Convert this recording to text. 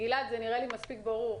גלעד, זה נראה לי מספיק ברור.